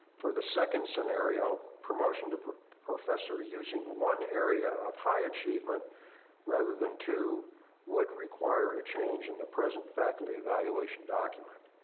for the second scenario, promotion to professor using one area of high achievement rather than two would require a change in the present faculty evaluation document.